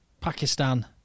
Pakistan